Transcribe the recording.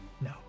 No